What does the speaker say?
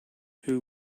who